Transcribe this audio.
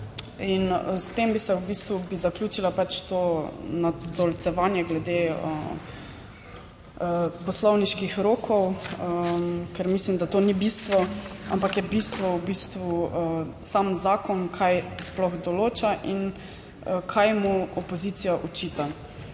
In s tem bi se v bistvu, bi zaključila pač to natolcevanje glede poslovniških rokov, ker mislim, da to ni bistvo, ampak je bistvo v bistvu sam zakon, kaj sploh določa in kaj mu opozicija očita.